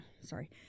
Sorry